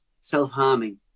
Self-harming